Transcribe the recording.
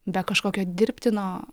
be kažkokio dirbtino